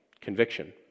conviction